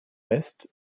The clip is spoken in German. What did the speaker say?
west